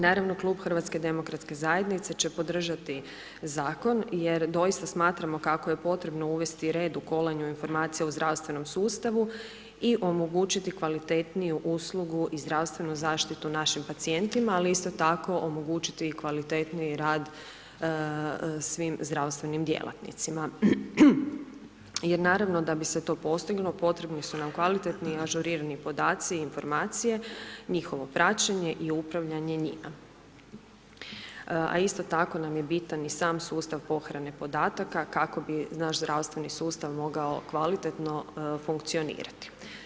Naravno klub HDZ-a će podržati zakon jer doista smatramo kako je potrebno uvesti red u kolanju informacija u zdravstvenom sustavu i omogućiti kvalitetniju uslugu i zdravstvenu zaštitu našim pacijentima, ali isto tako omogućiti kvalitetniji rad svim zdravstvenim djelatnicima, jer naravno, da bi se to postiglo, potrebni su nam kvalitetni i ažurirani podaci i informacije, njihovo praćenje i upravljanje njima, a isto tako nam je bitan i sam sustav pohrane podataka, kako bi naš zdravstveni sustav mogao kvalitetno funkcionirati.